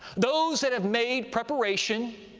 those that have made preparation,